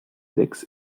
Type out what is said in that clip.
sechs